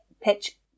pitch